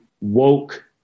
woke